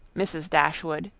mrs. dashwood,